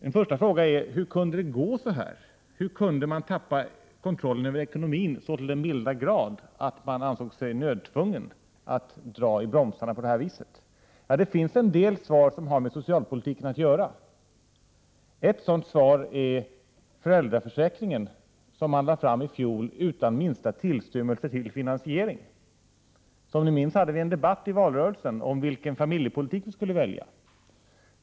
En första fråga är: Hur kunde det gå så här, hur kunde man tappa kontrollen över ekonomin så till den milda grad att man ansåg sig nödtvungen att dra i bromsarna på det här viset? Det finns en del svar som har med socialpolitiken att göra. Ett sådant svar är föräldraförsäkringen, som man förde fram i fjol utan minsta tillstymmelse till finansiering. Som vi minns hade vi en debatt i valrörelsen om vilken familjepolitik vi skulle välja.